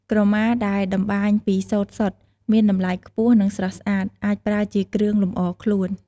ក្រមាដែលតម្បាញពីសូត្រសុទ្ធមានតម្លៃខ្ពស់ និងស្រស់ស្អាត អាចប្រើជាគ្រឿងលម្អខ្លួន។